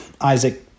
Isaac